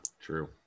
true